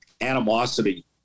animosity